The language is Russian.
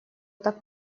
так